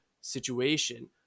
situation